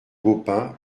baupin